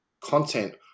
content